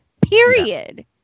period